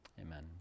Amen